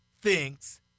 thinks